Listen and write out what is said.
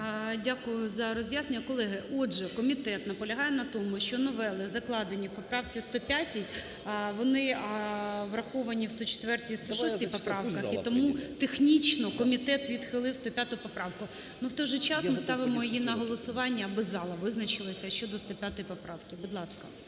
Дякую за роз'яснення. Колеги, отже комітет наполягає на тому, що новели закладені у поправці 105 вони враховані в 104-106 поправках і тому технічно комітет відхилив 105 поправку. Ну, в той же час ми ставимо її на голосування, аби зала визначилася щодо 105 поправки. Будь ласка.